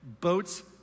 Boats